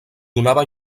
donava